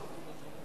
קבועה,